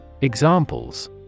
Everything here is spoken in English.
Examples